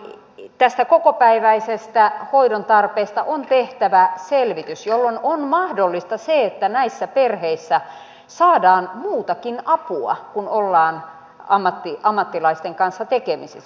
eli tästä kokopäiväisestä hoidon tarpeesta on tehtävä selvitys jolloin on mahdollista se että näissä perheissä saadaan muutakin apua kun ollaan ammattilaisten kanssa tekemisissä